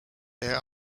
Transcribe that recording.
there